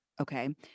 okay